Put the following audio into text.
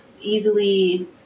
easily